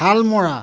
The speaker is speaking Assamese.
শালমৰা